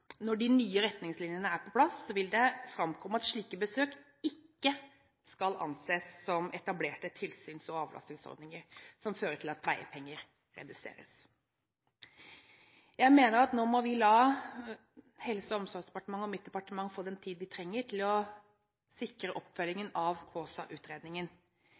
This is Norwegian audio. Når de nye retningslinjene er på plass, vil det framkomme at slike besøk ikke skal anses som en etablert tilsyns- og avlastningsordning som fører til at pleiepenger reduseres. Jeg mener at vi nå må la Helse- og omsorgsdepartementet og mitt departement få den tid de trenger til å sikre